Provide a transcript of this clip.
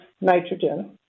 nitrogen